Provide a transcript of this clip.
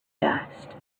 dust